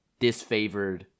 disfavored